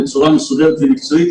בצורה מסודרת ומקצועית.